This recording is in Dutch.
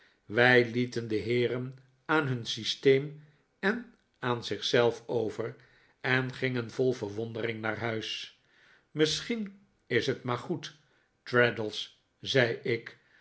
wij lieten de heeren aan hun systeem en aan zichzelf over en gingen vol verwondering naar huis misschien is het maar goed traddles zei ik